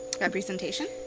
Representation